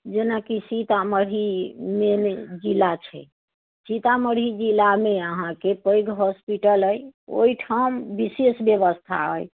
जेनाकि सीतामढ़ी मेन जिला छै सीतामढ़ी जिलामे अहाँकेँ पैघ हॉस्पिटल अछि ओहिठाम विशेष व्यवस्था अछि